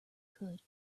could